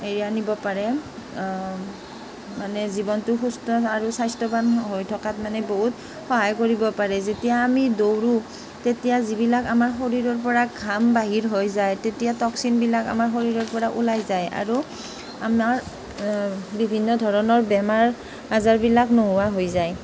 এই আনিব পাৰে মানে জীৱনটো সুস্থ আৰু স্বাস্থ্যৱান হৈ থকাত মানে বহুত সহায় কৰিব পাৰে যেতিয়া আমি দৌৰো তেতিয়া যিবিলাক আমাৰ শৰীৰৰ পৰা ঘাম বাহিৰ হৈ যায় তেতিয়া টক্সিনবিলাক আমাৰ শৰীৰৰ পৰা ওলাই যায় আৰু আমাৰ বিভিন্ন ধৰণৰ বেমাৰ আজাৰবিলাক নোহোৱা হৈ যায়